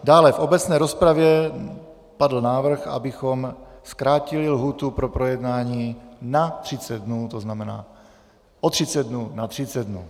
Dále v obecné rozpravě padl návrh, abychom zkrátili lhůtu pro projednání na 30 dnů, to znamená o 30 dnů na 30 dnů.